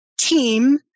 team